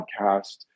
podcast